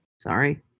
Sorry